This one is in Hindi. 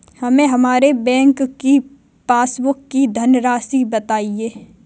हमें हमारे बैंक की पासबुक की धन राशि बताइए